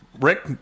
Rick